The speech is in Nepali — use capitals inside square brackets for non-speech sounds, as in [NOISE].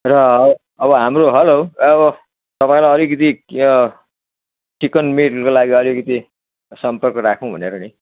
र अब हाम्रो हेलो अब तपाईँलाई अलिकति [UNINTELLIGIBLE] को लागि अलिकति सम्पर्क राखौँ भनेर नि